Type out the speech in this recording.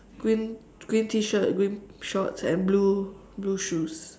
green green tee shirt green shorts and blue blue shoes